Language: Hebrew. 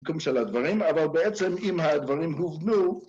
קום של הדברים, אבל בעצם אם הדברים הובנו